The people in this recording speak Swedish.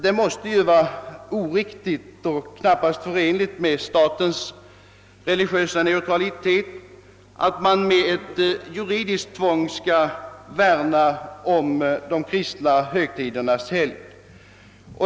Det måste ju vara oriktigt och kan knappast vara förenligt med statens religiösa neutralitet att med ett juridiskt tvång värna om de kristna högtidernas helgd.